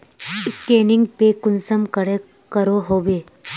Scanning पे कुंसम करे करो होबे?